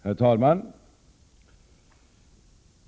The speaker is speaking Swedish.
Herr talman!